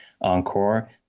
encore